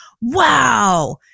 wow